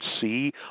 see